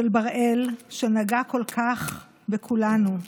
של בראל, שנגע כל כך בכולנו.